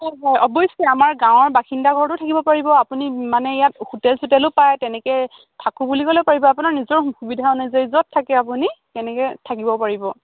হয় হয় অৱশ্যে আমাৰ গাঁৱৰ বাসিন্দা ঘৰৰতো থাকিব পাৰিব আপুনি মানে ইয়াত হোটেল চোটেলো পায় তেনেকৈ থাকোঁ বুলি ক'লেও পাৰিব আপোনাৰ নিজৰ সুবিধা অনুযায়ী য'ত থাকে আপুনি তেনেকৈ থাকিব পাৰিব